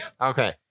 Okay